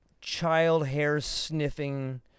child-hair-sniffing